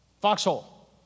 Foxhole